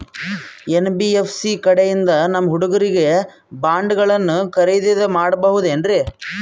NBFC ಕಡೆಯಿಂದ ನಮ್ಮ ಹುಡುಗರಿಗೆ ಬಾಂಡ್ ಗಳನ್ನು ಖರೀದಿದ ಮಾಡಬಹುದೇನ್ರಿ?